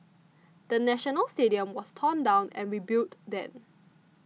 the National Stadium was torn down and rebuilt then